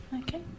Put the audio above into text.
okay